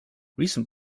recent